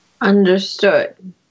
understood